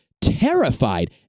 terrified